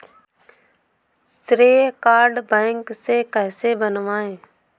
श्रेय card bank से कैसे बनवाएं?